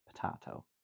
potato